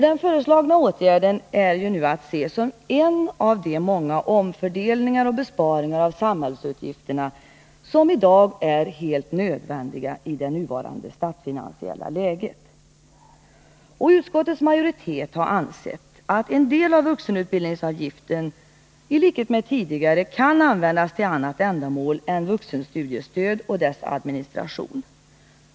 Den föreslagna åtgärden är en av de många omfördelningar och besparingar av samhällsutgifterna som är helt nödvändiga i det nuvarande statsfinansiella läget. Utskottets majoritet har ansett att en del av vuxenutbildningsavgiften — i likhet med tidigare — kan användas till annat ändamål än vuxenstudiestöd och dess administration.